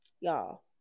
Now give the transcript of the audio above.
y'all